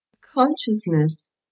Consciousness